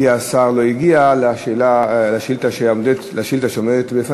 כי השר לא הגיע לשאילתה שעומדת לפנינו.